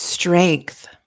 Strength